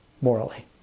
morally